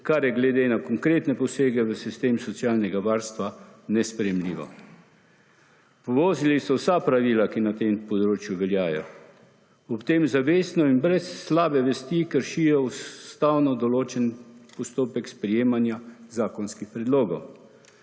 kar je glede na konkretne posege v sistem socialnega varstva nesprejemljivo. Povozili so vsa pravila, ki na tem področju veljajo, ob tem zavestno in brez slabe vesti kršijo ustavno določen postopek sprejemanja zakonskih predlogov.